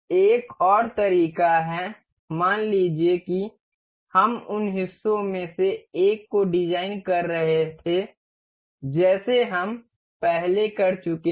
एक और तरीका है मान लीजिए कि हम उन हिस्सों में से एक को डिजाइन कर रहे थे जैसे हम पहले कर चुके हैं